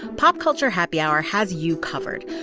pop culture happy hour has you covered.